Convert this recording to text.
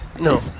No